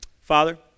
Father